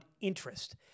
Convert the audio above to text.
interest